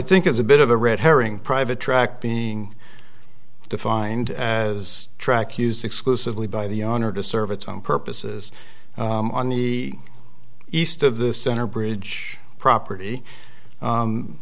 think is a bit of a red herring private track being defined as track used exclusively by the honor to serve its own purposes on the east of the center bridge property